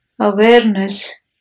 awareness